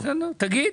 תגיד.